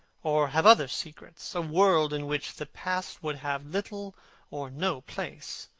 or have other secrets, a world in which the past would have little or no place,